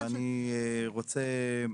ואני רוצה,